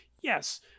Yes